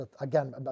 again